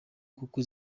kuko